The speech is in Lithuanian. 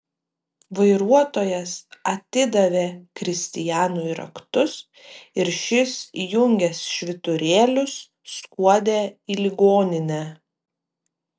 vairuotojas atidavė kristianui raktus ir šis įjungęs švyturėlius skuodė į ligoninę